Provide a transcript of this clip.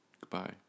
Goodbye